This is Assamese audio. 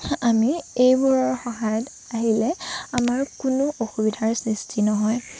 আমি এইবোৰৰ সহায়ত আহিলে আমাৰ কোনো অসুবিধাৰ সৃষ্টি নহয়